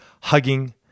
hugging